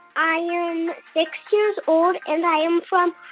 i am six years old. and i am from